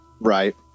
right